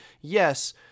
yes